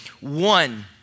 one